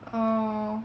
orh